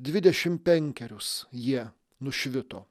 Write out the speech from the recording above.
dvidešim penkerius jie nušvito